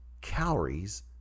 calories